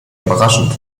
überraschend